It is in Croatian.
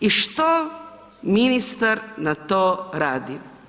I što ministar na to radi?